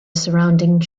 surrounding